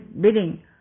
bidding